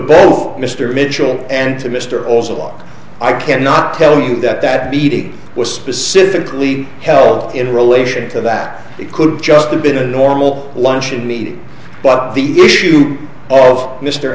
both mr mitchell and to mr also law i cannot tell you that that meeting was specifically health in relation to that it could just a been a normal luncheon meat but the issue of mr